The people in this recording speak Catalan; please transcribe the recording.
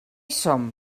som